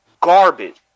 garbage